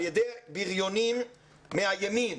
על ידי בריונים מהימין,